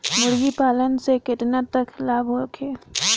मुर्गी पालन से केतना तक लाभ होखे?